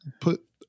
put